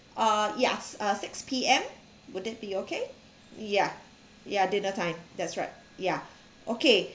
uh yes uh six P_M wouldn't be okay ya ya dinner time that's right ya okay